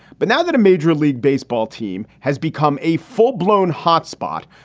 but now that a major league baseball team has become a full blown hot spot,